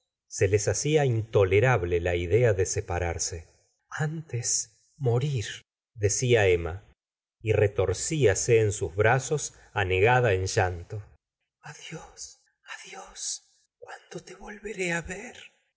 se les hacia intolerable la idea de separarse antes morirl decia emma y retorciase en sus brazos anegada en llanto adiós adiós cuándo tevolveré á ver